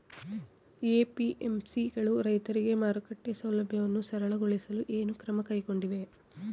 APMC ಗಳು ರೈತರಿಗೆ ಮಾರುಕಟ್ಟೆ ಸೌಲಭ್ಯವನ್ನು ಸರಳಗೊಳಿಸಲು ಏನು ಕ್ರಮ ಕೈಗೊಂಡಿವೆ?